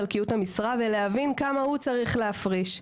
המשרה וכדי להבין כמה הוא צריך להפריש.